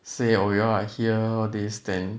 say oh you all are here all this then